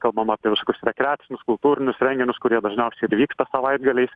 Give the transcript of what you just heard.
kalbam apie visokius rekreacinius kultūrinius renginius kurie dažniausiai ir vyksta savaitgaliais